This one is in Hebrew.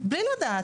בלי לדעת.